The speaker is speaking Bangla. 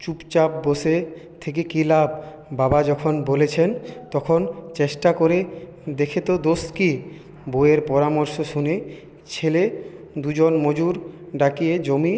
চুপচাপ বসে থেকে কী লাভ বাবা যখন বলেছেন তখন চেষ্টা করে দেখিতে দোষ কী বউয়ের পরামর্শ শুনে ছেলে দুজন মজুর ডাকিয়ে জমি